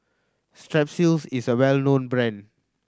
Strepsils is a well known brand